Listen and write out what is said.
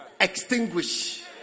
Extinguish